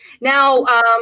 Now